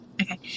Okay